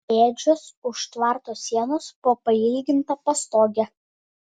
ėdžios už tvarto sienos po pailginta pastoge